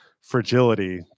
fragility